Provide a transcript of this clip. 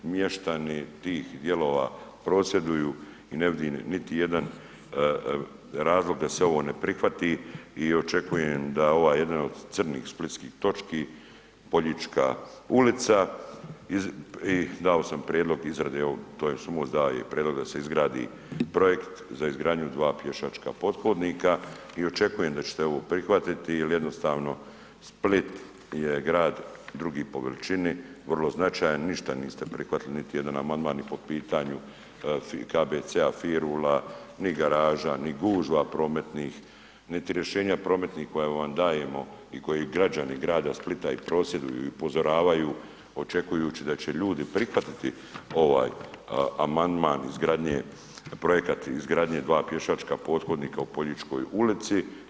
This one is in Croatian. Mještani tih dijelova prosvjeduju i ne vidim niti jedan razlog da se ovo ne prihvati i očekujem da ovaj jedan od crnih splitskih točki, Poljička ulica i dao sam prijedlog izrade ovog ... prijedlog da se izgradi projekt za izgradnju dva pješačka pothodnika i očekujem da ćete ovo prihvatiti jer jednostavno Split je grad drugi po veličini, vrlo značajan, ništa niste prihvatili niti jedan amandman i po pitanju KBC-a, Firula, ni garaža ni gužva prometnih niti rješenja prometnih koja vam dajemo i koji građani grada Splita i prosvjeduju i upozoravaju očekujući da će ljudi prihvatiti ovaj amandman izgradnje, projekat izgradnje dva pješačka pothodnika u Poljičkoj ulici.